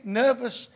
nervous